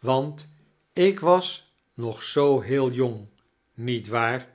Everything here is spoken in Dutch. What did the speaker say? want ik was nog zoo heel jong niet waar